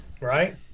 right